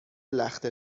لخته